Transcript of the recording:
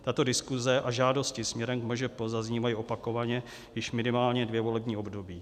Tato diskuse a žádosti směrem k MŽP zaznívají opakovaně již minimálně dvě volební období.